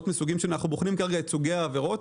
ואנחנו בוחנים כרגע את סוגי העבירות.